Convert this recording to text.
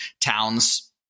towns